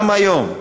גם היום,